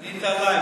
פנית אלי.